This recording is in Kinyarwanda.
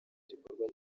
gikorwa